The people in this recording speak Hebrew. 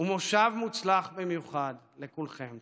ומושב מוצלח במיוחד לכולכם.